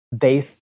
based